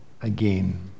again